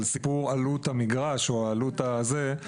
על סיפור עלות המגרש או עלות הזה,